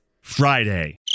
Friday